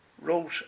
wrote